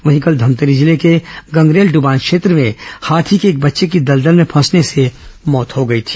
वहीं कल धमतरी जिले के गंगरेल डूबान क्षेत्र में हाथी के एक बच्चे की दलदल में फंसने से मौत हो गई थी